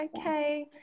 okay